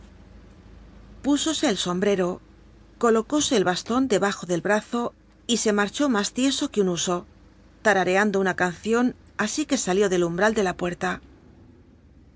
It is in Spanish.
púsose el ombtcto rolocóse el bastan debajo del brazo y se marchó mas licso juc un huso lataj'cando una cancion así cjue salió del umbral tic la puerta